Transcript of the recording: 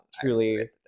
truly